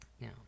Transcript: Now